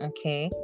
Okay